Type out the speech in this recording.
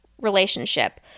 relationship